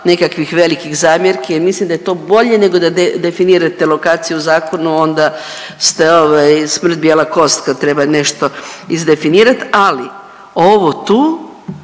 nekakvih velikih zamjerki jer mislim da je to bolje nego da definirate lokaciju u zakonu, onda ste ovaj smrt bijela kost kad treba nešto izdefinirat, ali ovo tu